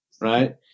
Right